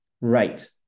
right